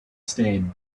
stayed